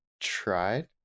tried